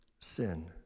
sin